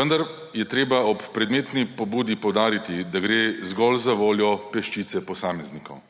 Vendar je treba ob predmetni pobudi poudariti, da gre zgolj za voljo peščice posameznikov.